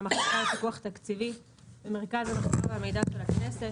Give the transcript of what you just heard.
מהמחלקה לפיקוח תקציבי במרכז המחקר והמידע של הכנסת.